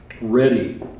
ready